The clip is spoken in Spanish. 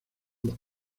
los